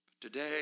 Today